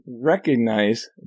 recognize